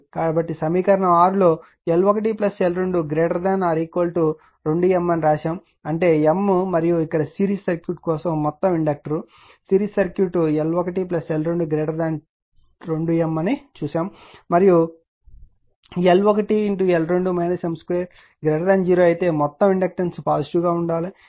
కాబట్టి సమీకరణం 6 లో L1L22M అని రాశాము అంటే M మరియు ఇక్కడ సిరీస్ సర్క్యూట్ కోసం మొత్తం ఇండక్టర్ సిరీస్ సర్క్యూట్ L1L22M అని చూసాము మరియు L1L2 M 2 0 అయితే మొత్తం ఇండక్టెన్స్ పాజిటివ్ గా ఉండాలి